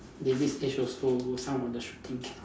they this age also some of the shooting cannot